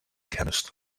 chemist